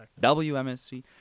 WMSC